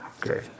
Great